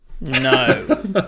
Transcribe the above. no